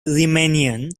riemannian